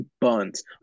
buns